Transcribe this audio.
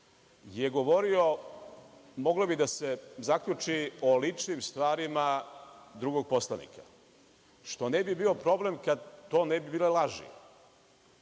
je govorio, moglo bi da se zaključi, o ličnim stvarima drugog poslanika, što ne bi bio problem kad to ne bi bile laži.